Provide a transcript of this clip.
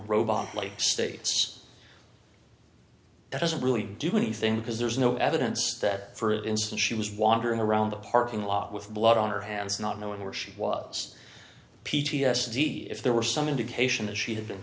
robotically states but that doesn't really do anything because there's no evidence that for instance she was wandering around the parking lot with blood on her hands not knowing where she was p t s d if there were some indication that she had been